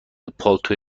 پالتو